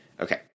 Okay